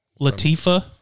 Latifa